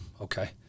okay